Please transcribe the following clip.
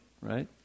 right